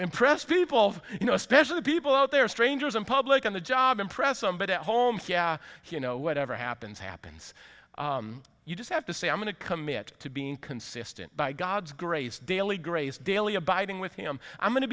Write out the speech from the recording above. impress people you know especially the people out there strangers in public on the job and press on but at home yeah you know whatever happens happens you just have to say i'm going to commit to being consistent by god's grace daily grace daily abiding with him i'm going to